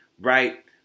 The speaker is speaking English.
right